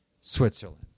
Switzerland